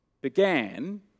began